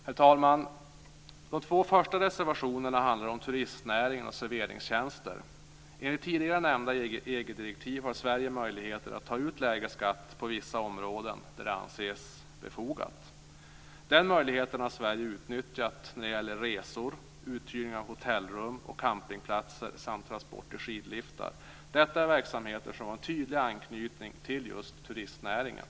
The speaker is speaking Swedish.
Herr talman! De två första reservationerna handlar om turistnäringen och serveringstjänster. Enligt tidigare nämnda EG-direktiv har Sverige möjligheter att ta ut lägre skatt på vissa områden där det anses befogat. Denna möjlighet har Sverige utnyttjat när det gäller resor, uthyrning av hotellrum och campingplatser samt transporter och skidliftar. Detta är verksamheter som har en tydlig anknytning till just turistnäringen.